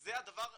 זה הדבר המדהים.